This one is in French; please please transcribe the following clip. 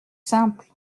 simple